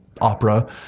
opera